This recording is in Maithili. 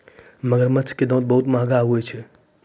मगरमच्छ के दांत बहुते महंगा होय छै